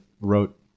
wrote